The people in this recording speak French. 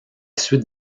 suite